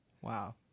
Wow